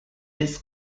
des